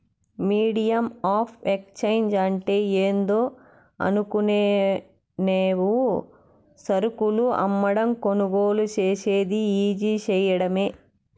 medium of exchange అంటే ఏందో అనుకునేవు సరుకులు అమ్మకం, కొనుగోలు సేసేది ఈజీ సేయడమే